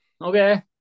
Okay